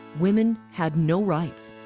women had no rights.